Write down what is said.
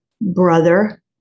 brother